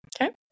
Okay